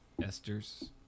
esters